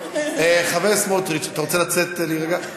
חבר הכנסת סמוטריץ, אתה רוצה לצאת להירגע?